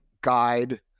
guide